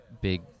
big